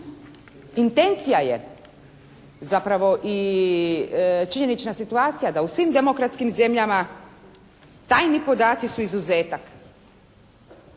Intencija je zapravo i činjenična situacija da u svim demokratskim zemljama tajni podaci su izuzetak,